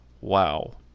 Wow